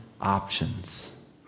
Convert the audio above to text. options